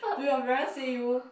do your parents say you